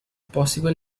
possible